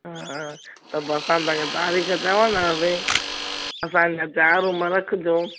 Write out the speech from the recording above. हा असांजे लाइ चारि रूम रखजो